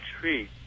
treat